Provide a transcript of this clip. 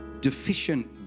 deficient